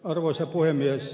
arvoisa puhemies